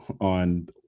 on